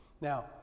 Now